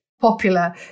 popular